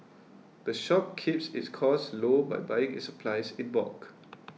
the shop keeps its costs low by buying its supplies in bulk